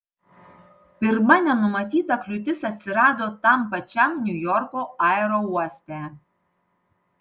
pirma nenumatyta kliūtis atsirado tam pačiam niujorko aerouoste